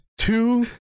Two